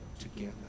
together